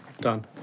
Done